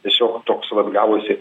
tiesiog toks vat gavosi